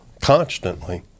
constantly